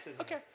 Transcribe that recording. okay